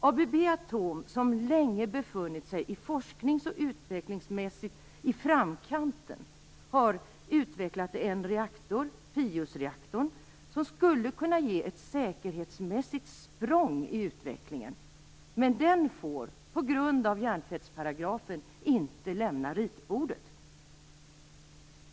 ABB Atom, som forsknings och utvecklingsmässigt länge befunnit sig i framkanten, har utvecklat en reaktor, PIUS-reaktorn, som skulle kunna ge ett säkerhetsmässigt språng i utvecklingen. Men den får, på grund av hjärntvättsparagrafen, inte lämna ritbordet.